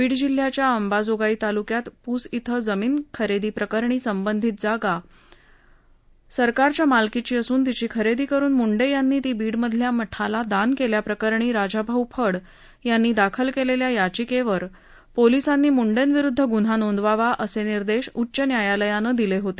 बीड जिल्ह्याच्या अंबाजोगाई तालुक्यात पुस इथं जमीन खरेदी प्रकरणी संबंधित जागा सरकारच्या मालकीची असून तिची खरेदी करून मुंडे यांनी ती बीडमधल्या मठाला दान केल्याप्रकरणी राजाभाऊ फड यांनी दाखल केलेल्या याचिकेवर पोलिसांनी मुंडेविरुद्ध गुन्हा नोंदवावा असे निर्देश उच्च न्यायालयानं दिले होते